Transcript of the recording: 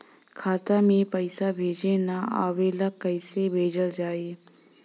खाता में पईसा भेजे ना आवेला कईसे भेजल जाई?